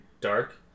dark